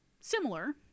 similar